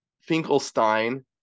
Finkelstein